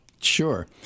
Sure